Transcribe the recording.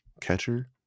catcher